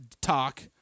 talk